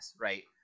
right